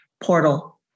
portal